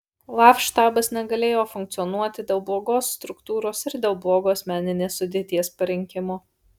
laf štabas negalėjo funkcionuoti dėl blogos struktūros ir dėl blogo asmeninės sudėties parinkimo